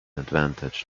advantage